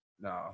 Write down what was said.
No